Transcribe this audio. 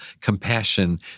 compassion